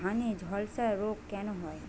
ধানে ঝলসা রোগ কেন হয়?